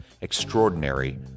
extraordinary